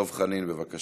דב חנין, בבקשה.